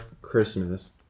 christmas